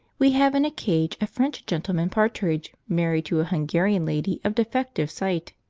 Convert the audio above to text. we have in a cage a french gentleman partridge married to a hungarian lady of defective sight.